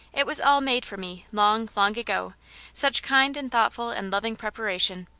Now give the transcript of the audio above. it was all made for me long, long ago such kind and thoughtful and loving preparation!